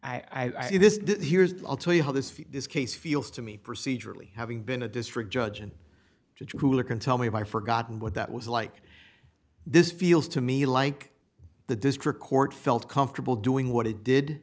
do this here's i'll tell you how this this case feels to me procedurally having been a district judge and judge who are can tell me if i forgotten what that was like this feels to me like the district court felt comfortable doing what it did